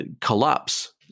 Collapse